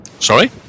Sorry